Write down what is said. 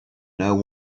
know